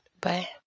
Bye